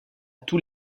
tous